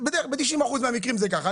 90% מהמקרים זה ככה,